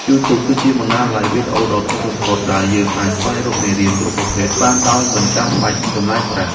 យូធូប គឺជាបណ្ណាល័យវីដេអូដ៏ធំបំផុតដែលយើងអាចស្វែងរកមេរៀនគ្រប់ប្រភេទបានដោយមិនចាំបាច់ចំណាយប្រាក់។